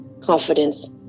confidence